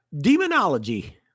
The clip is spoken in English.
demonology